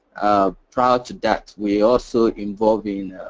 prior to that we also involved i mean